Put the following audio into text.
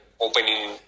opening